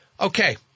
Okay